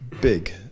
big